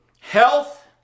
health